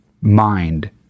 mind